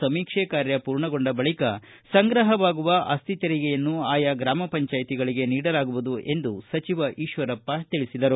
ಸಮೀಕ್ಷೆ ಕಾರ್ಯ ಪೂರ್ಣಗೊಂಡ ಬಳಿಕ ಸಂಗ್ರಹವಾಗುವ ಆಸ್ತಿ ತೆರಿಗೆಯನ್ನು ಆಯಾ ಗ್ರಾಮ ಪಂಚಾಯಿತಿಗಳಗೇ ನೀಡಲಾಗುವುದು ಎಂದು ಈಶ್ವರಪ್ಪ ಹೇಳಿದರು